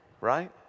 right